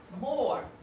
more